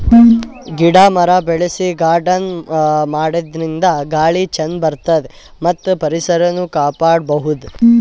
ಗಿಡ ಮರ ಬೆಳಸಿ ಗಾರ್ಡನ್ ಮಾಡದ್ರಿನ್ದ ಗಾಳಿ ಚಂದ್ ಬರ್ತದ್ ಮತ್ತ್ ಪರಿಸರನು ಕಾಪಾಡ್ಕೊಬಹುದ್